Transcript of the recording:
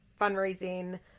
fundraising